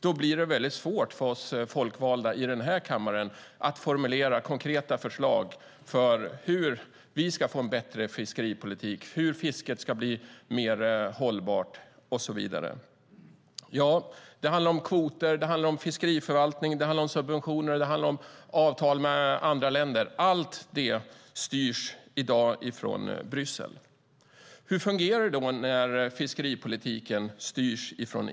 Då blir det mycket svårt för oss folkvalda i den här kammaren att formulera konkreta förslag på hur vi ska få en bättre fiskeripolitik, hur fisket ska bli mer hållbart och så vidare. Det handlar om kvoter, fiskeriförvaltning, subventioner och avtal med andra länder. Allt detta styrs i dag från Bryssel. Hur fungerar det då när fiskeripolitiken styrs av EU?